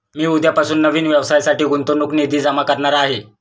मी उद्यापासून नवीन व्यवसायासाठी गुंतवणूक निधी जमा करणार आहे